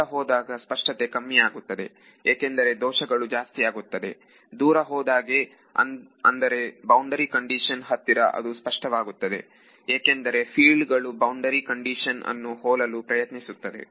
ದೂರ ಹೋದಾಗ ಸ್ಪಷ್ಟತೆ ಕಮ್ಮಿಯಾಗುತ್ತದೆ ಏಕೆಂದರೆ ದೋಷಗಳು ಜಾಸ್ತಿಯಾಗುತ್ತದೆ ದೂರ ಹೋದಾಗೆಅಂದರೆ ಬೌಂಡರಿ ಕಂಡೀಶನ್ ಹತ್ತಿರ ಅದು ಸ್ಪಷ್ಟವಾಗುತ್ತದೆ ಏಕೆಂದರೆ ಫೀಲ್ಡ್ ಗಳು ಬೌಂಡರಿ ಕಂಡೀಷನ್ನು ಹೋಲಲು ಪ್ರಯತ್ನಿಸುತ್ತದೆ